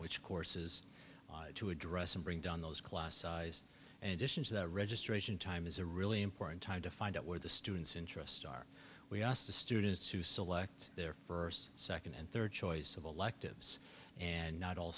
which courses to address and bring down those class size and the registration time is a really important time to find out where the students interest are we ask the students to select their first second and third choice of electives and not all